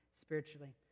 spiritually